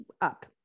up